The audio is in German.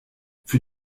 für